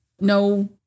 No